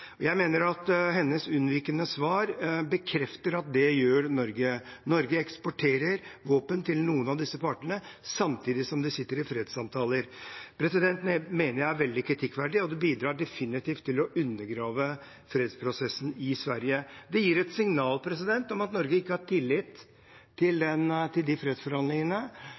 våpen. Jeg mener at hennes unnvikende svar bekrefter at det gjør Norge – Norge eksporterer våpen til noen av disse partene samtidig som de sitter i fredssamtaler. Det mener jeg er veldig kritikkverdig, og det bidrar definitivt til å undergrave fredsprosessen i Sverige. Det gir et signal om at Norge ikke har tillit til de fredsforhandlingene,